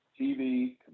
TV